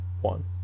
One